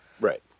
Right